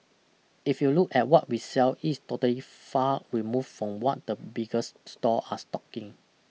if you look at what we sell it's today far removed from what the biggers store are stocking